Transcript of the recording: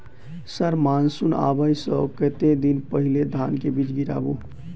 Sir monsoon आबै सऽ कतेक दिन पहिने धान केँ बीज गिराबू?